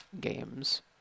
games